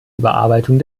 überarbeitung